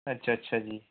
ਅੱਛਾ ਅੱਛਾ ਜੀ